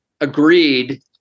agreed